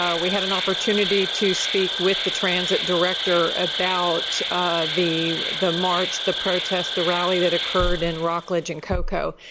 ah we had an opportunity to speak with the transit director about the the march the protest rally that occurred in rock ledge and cocoa.